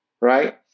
Right